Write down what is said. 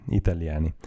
italiani